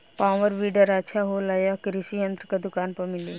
Power weeder अच्छा होला यह कृषि यंत्र के दुकान पर मिली?